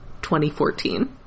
2014